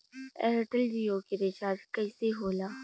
Airtel Jio के recharge कैसे होला?